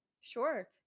Sure